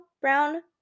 brown